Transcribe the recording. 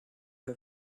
vas